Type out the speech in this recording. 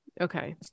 Okay